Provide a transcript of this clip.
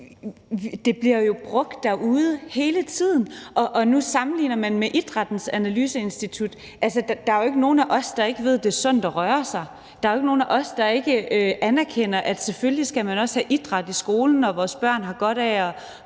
det bliver jo brugt derude hele tiden. Nu sammenligner man med Idrættens Analyseinstitut. Altså, der er jo ikke nogen af os, der ikke ved, at det er sundt at røre sig. Der er jo ikke nogen af os, der ikke anerkender, at selvfølgelig skal man også have idræt i skolen, og at vores børn har godt af at